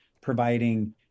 providing